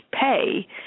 pay